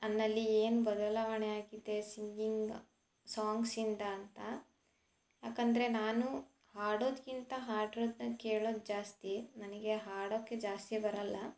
ನನ್ನಲ್ಲಿ ಏನು ಬದಲಾವಣೆ ಆಗಿದೆ ಸಿಂಗಿಂಗ್ ಸಾಂಗ್ಸಿಂದ ಅಂತ ಯಾಕೆಂದ್ರೆ ನಾನು ಹಾಡೋದಕ್ಕಿಂತ ಹಾಡಿರೋದನ್ನ ಕೇಳೋದು ಜಾಸ್ತಿ ನನಗೆ ಹಾಡೋಕೆ ಜಾಸ್ತಿ ಬರಲ್ಲ